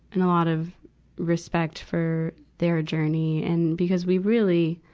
and a lot of respect for their journey. and, because we really,